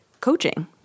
coaching